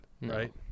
right